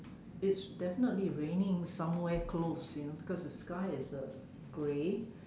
it's definitely raining somewhere close you know because the sky is uh gray